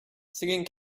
singing